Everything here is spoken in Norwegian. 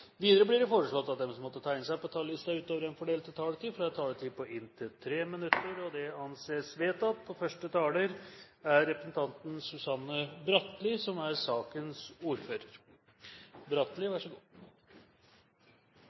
Videre blir det foreslått at de som måtte tegne seg på talerlisten utover den fordelte taletid, får en taletid på inntil 3 minutter. – Det anses vedtatt. For å dra en parallell til forrige debatt: Det er vårt ansvar som